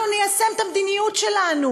אנחנו ניישם את המדיניות שלנו.